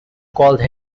called